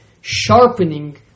sharpening